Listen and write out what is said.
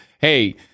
hey